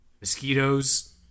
Mosquitoes